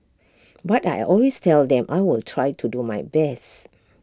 but I always tell them I will try to do my best